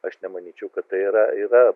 aš nemanyčiau kad tai yra yra